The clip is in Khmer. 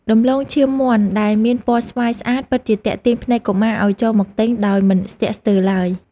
ដំឡូងឈាមមាន់ដែលមានពណ៌ស្វាយស្អាតពិតជាទាក់ទាញភ្នែកកុមារឱ្យចូលមកទិញដោយមិនស្ទាក់ស្ទើរឡើយ។